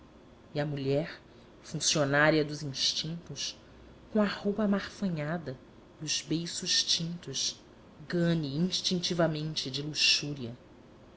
e a mulher funcionária dos instintos com a roupa amarfanhada e os beiços tintos gane instintivamente de luxúria